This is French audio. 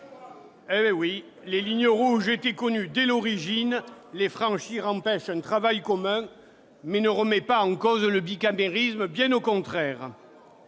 courage ! Les lignes rouges étaient connues dès l'origine. Les franchir empêche un travail commun, mais ne remet pas en cause le bicamérisme, bien au contraire